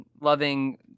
loving